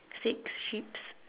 six sheeps